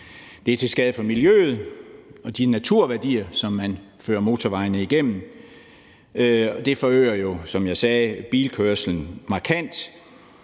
Det er til skade for miljøet og de naturværdier, som man fører motorvejene igennem. Det forøger, som